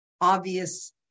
obvious